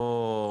לא,